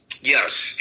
Yes